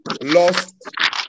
lost